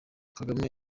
kagame